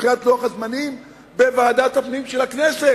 מבחינת לוח הזמנים בוועדת הפנים של הכנסת,